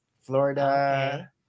Florida